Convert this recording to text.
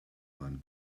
sein